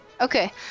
okay